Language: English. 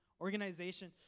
organization